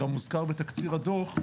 וגם הוזכר בתקציר הדוח,